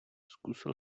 zkusil